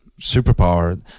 superpower